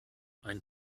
ein